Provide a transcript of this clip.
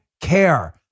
care